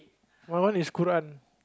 what what is Quran